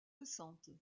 récentes